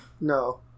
No